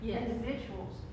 individuals